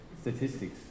statistics